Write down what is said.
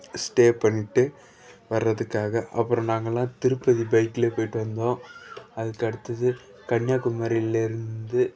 stay பண்ணிட்டு வர்றதுக்காக அப்பறம் நாங்கல்லாம் திருப்பதி பைக்கிலையே போயிட்டு வந்தோம் அதுக்கு அடுத்தது கன்னியாகுமரிலேருந்து